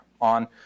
on